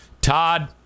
Todd